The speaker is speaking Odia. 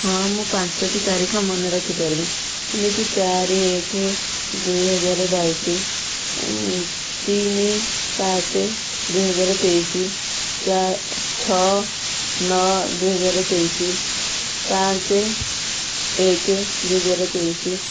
ହଁ ମୁଁ ପାଞ୍ଚୋଟି ତାରିଖ ମନେରଖିପାରିବି ଏମିତି ଚାରି ଏକେ ଦୁଇ ହଜାର ବାଇଶି ତିନି ସାତେ ଦୁଇ ହଜାର ତେଇଶି ଚା ଛଅ ନଅ ଦୁଇ ହଜାର ତେଇଶି ପାଞ୍ଚେ ଏକେ ଦୁଇ ହଜାର ତେଇଶି